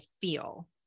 feel